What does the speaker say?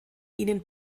ihnen